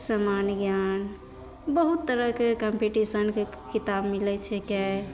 समान्य ज्ञान बहुत तरहके कंपीटिशनके किताब मिलैत छिकै